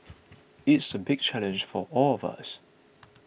it's a big challenge for all of us